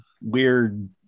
weird